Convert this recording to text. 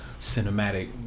cinematic